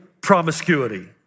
promiscuity